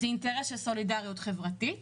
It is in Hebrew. מדובר בסולידריות לאומית,